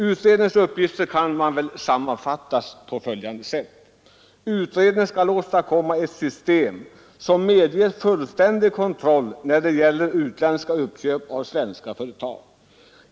Utredningens uppgifter kan sammanfattas på följande sätt: Utredningen skall åstadkomma ett system som medger fullständig kontroll när det gäller utländska uppköp av svenska företag.